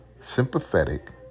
sympathetic